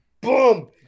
boom